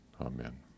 amen